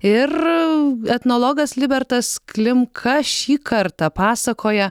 ir etnologas libertas klimka šį kartą pasakoja